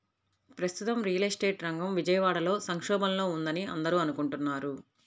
ప్రస్తుతం real estate రంగం విజయవాడలో సంక్షోభంలో ఉందని అందరూ అనుకుంటున్నారు